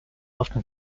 often